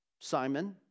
Simon